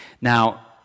now